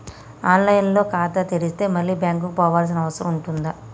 On line లో ఖాతా తెరిస్తే మళ్ళీ బ్యాంకుకు పోవాల్సిన అవసరం ఉంటుందా?